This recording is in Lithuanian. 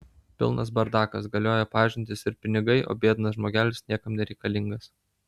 pilnas bardakas galioja pažintys ir pinigai o biednas žmogelis niekam nereikalingas